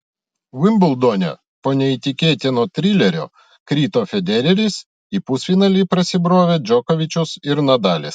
vimbldone po neįtikėtino trilerio krito federeris į pusfinalį prasibrovė džokovičius ir nadalis